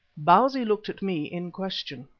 bausi looked at me in question.